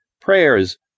prayers